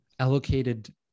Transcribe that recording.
allocated